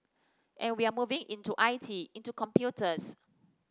and we're moving into I T into computers